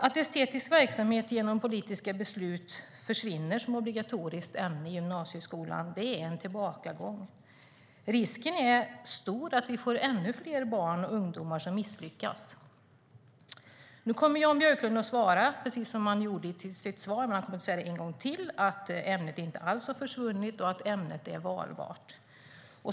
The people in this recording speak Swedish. Att estetisk verksamhet genom politiska beslut försvinner som obligatoriskt ämne i gymnasieskolan är en tillbakagång. Risken är stor för att vi får ännu fler barn och ungdomar som misslyckas. Nu kommer Jan Björklund att svara och säga samma sak som han sade i svaret, alltså att ämnet inte alls har försvunnit och att det är valbart.